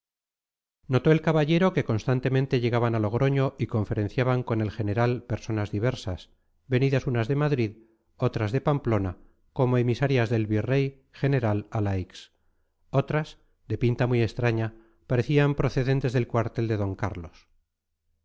notó el caballero que constantemente llegaban a logroño y conferenciaban con el general personas diversas venidas unas de madrid otras de pamplona como emisarias del virrey general alaix otras de pinta muy extraña parecían procedentes del cuartel de d carlos